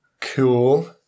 Cool